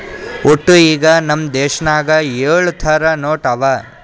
ವಟ್ಟ ಈಗ್ ನಮ್ ದೇಶನಾಗ್ ಯೊಳ್ ಥರ ನೋಟ್ ಅವಾ